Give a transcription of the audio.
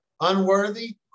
unworthy